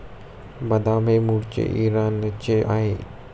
बदाम हे मूळचे इराणचे आहे